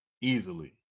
easily